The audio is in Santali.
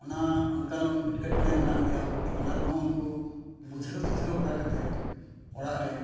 ᱚᱱᱟ ᱚᱱᱠᱟᱱ ᱮᱴᱠᱮᱴᱚᱬᱮ ᱢᱮᱱᱟᱜ ᱜᱮᱭᱟ ᱵᱟᱹᱠᱤ ᱚᱱᱟ ᱠᱚᱦᱚᱸ ᱩᱱᱠᱩ ᱵᱩᱡᱷᱟᱹᱣ ᱥᱩᱡᱷᱟᱹᱣ ᱵᱟᱲᱟ ᱠᱟᱛᱮᱫ ᱚᱲᱟᱜ ᱨᱮ